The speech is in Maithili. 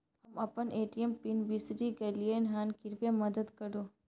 हम अपन ए.टी.एम पिन बिसरि गलियै हन, कृपया मदद करु